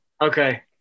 Okay